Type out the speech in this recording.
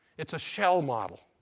it's a shell model.